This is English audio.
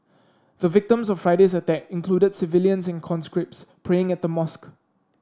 the victims of Friday's attack included civilians and conscripts praying at the mosque